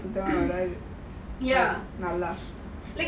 because I feel like when I have to talk in tamil